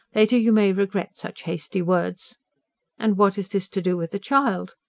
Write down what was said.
later you may regret such hasty words and what has this to do with the child?